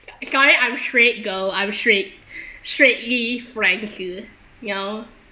sorry I'm straight girl I'm straight straightly frank you know